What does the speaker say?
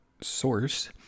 source